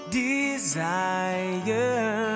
desire